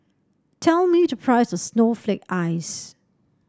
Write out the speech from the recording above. tell me the price of Snowflake Ice